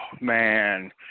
man